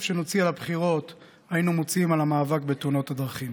שנוציא על הבחירות היינו מוציאים על המאבק בתאונות הדרכים.